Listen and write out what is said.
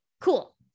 Cool